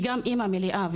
היא גם אימא מלאה.